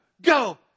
go